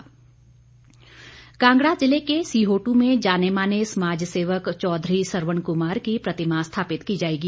परमार कांगड़ा ज़िले के सिहोटू में जाने माने समाज सेवक चौधरी सरवन कुमार की प्रतिमा स्थापित की जाएगी